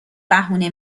بهونه